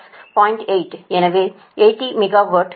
8 எனவே 80 மெகாவாட்